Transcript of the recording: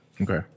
Okay